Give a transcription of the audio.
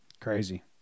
Crazy